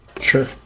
Sure